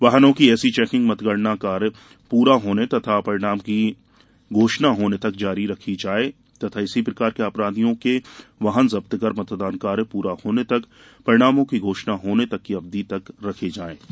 वाहनों की ऐसी चेकिंग मतगणना कार्य पूरा होने तथा परिणाम की घोषणा होने तक जारी रखा जाये तथा इस प्रकार के अपराधियों के वाहन जब्त कर मतदान कार्य प्ररा होने तथा परिणामों की घोषणा होने तक की अवधि तक रखे जायें